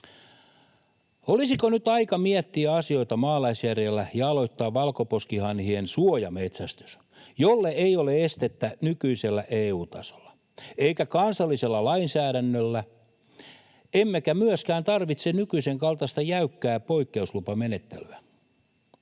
Olisiko nyt aika miettiä asioita maalaisjärjellä ja aloittaa valkoposkihanhien suojametsästys, jolle ei ole estettä nykyisellä EU-tasolla eikä kansallisessa lainsäädännössä? Emmekä myöskään tarvitse nykyisen kaltaista jäykkää poikkeuslupamenettelyä.